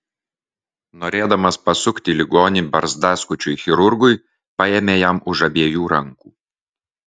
norėdamas pasukti ligonį barzdaskučiui chirurgui paėmė jam už abiejų rankų